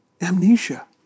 amnesia